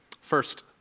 first